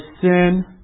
sin